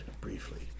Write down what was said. Briefly